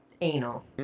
Anal